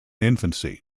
infancy